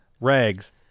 Rags